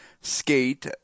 skate